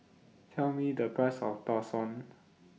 Tell Me The Price of Tau Suan